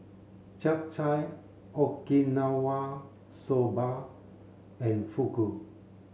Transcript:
Japchae Okinawa soba and Fugu